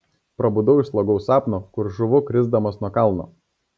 prabudau iš slogaus sapno kur žūvu krisdamas nuo kalno